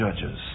judges